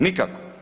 Nikako.